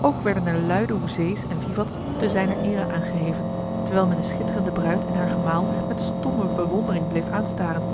ook werden er luide hoezee's en vivat's te zijner eere aangeheven terwijl men de schitterende bruid en haar gemaal met stomme bewondering bleef aanstaren